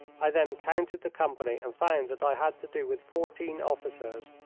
i then counted the company and found that i had to do with fourteen officers,